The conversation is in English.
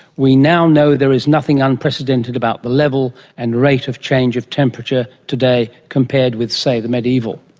we now know there is nothing unprecedented about the level and rate of change of temperature today compared with, say, the mediaeval.